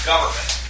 government